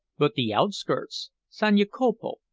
but the outskirts san jacopo,